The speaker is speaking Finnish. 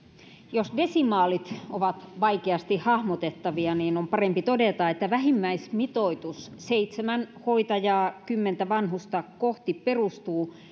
jos desimaalit ovat vaikeasti hahmotettavia niin on parempi todeta että vähimmäismitoitus seitsemän hoitajaa kymmentä vanhusta kohti perustuu